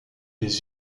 les